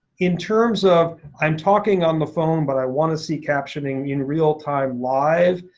in terms of i'm talking on the phone but i want to see captioning in realtime live,